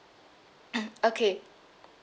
mm okay